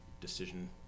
decision